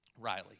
Riley